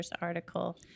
article